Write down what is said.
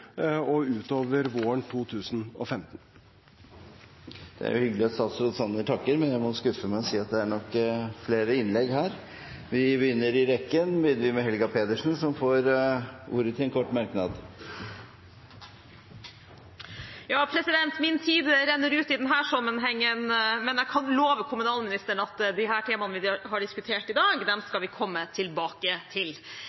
og utover våren 2015. Det er hyggelig at statsråd Sanner takker, men jeg må skuffe med å si at det nok er flere innlegg. Representanten Helga Pedersen får ordet til en kort merknad, begrenset til 1 minutt. Min tid renner ut i denne sammenhengen, men jeg kan love kommunalministeren at vi skal komme tilbake til de temaene vi har diskutert i dag.